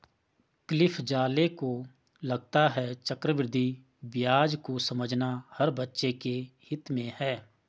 Cliff Zale को लगता है चक्रवृद्धि ब्याज को समझना हर बच्चे के हित में है